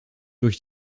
durch